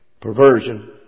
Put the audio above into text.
Perversion